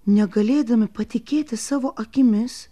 negalėdami patikėti savo akimis